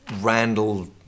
Randall